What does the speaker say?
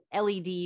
LED